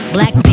Black